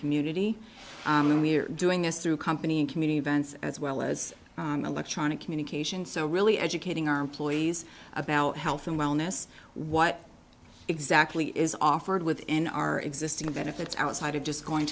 community and we're doing this through company and community events as well as electronic communication so really educating our employees about health and wellness what exactly is offered within our existing benefits outside of just going